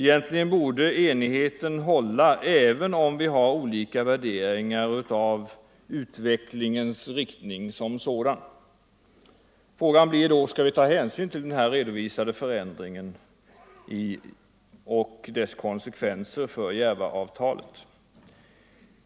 Egentligen borde enigheten hålla även om vi har olika värderingar av utvecklingens riktning som sådan. Frågan blir då: Skall vi ta hänsyn till den redovisade förändringen och dess konsekvenser för Järvaavtalet?